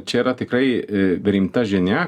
čia yra tikrai rimta žinia